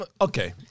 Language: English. Okay